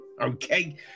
Okay